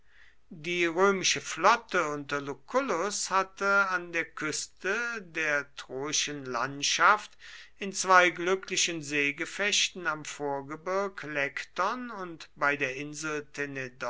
die römische flotte unter lucullus hatte an der küste der troischen landschaft in zwei glücklichen seegefechten am vorgebirg lekton und bei der insel